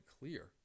clear